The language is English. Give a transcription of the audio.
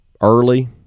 early